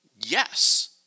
Yes